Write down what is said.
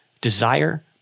desire